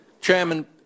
Chairman